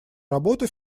работа